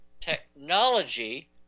technology